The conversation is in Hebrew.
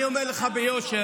אני אומר לך ביושר,